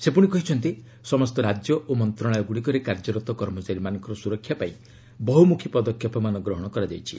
ସେ ପୁଣି କହିଛନ୍ତି ସମସ୍ତ ରାଜ୍ୟ ଓ ମନ୍ତ୍ରଶାଳୟଗୁଡ଼ିକରେ କାର୍ଯ୍ୟରତ କର୍ମଚାରୀମାନଙ୍କର ସୁରକ୍ଷା ପାଇଁ ବହୁମୁଖୀ ପଦକ୍ଷେପମାନ ଗ୍ରହଣ କରାଯାଇଛି